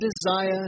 desire